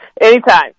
Anytime